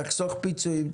תחסוך פיצויים,